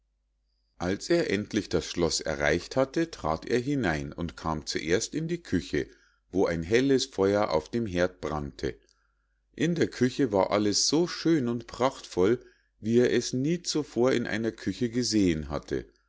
als er endlich das schloß erreicht hatte trat er hinein und kam zuerst in die küche wo ein helles feuer auf dem herd brannte in der küche war alles so schön und prachtvoll wie er es nie zuvor in einer küche gesehen hatte